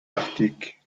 arctique